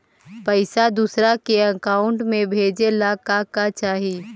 पैसा दूसरा के अकाउंट में भेजे ला का का चाही?